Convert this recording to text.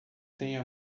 tem